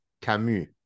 Camus